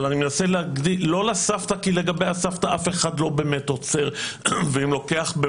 אני לא מדבר על הסבתא כי לגבי הסבתא אף אחד לא באמת עוצר ואם לוקח,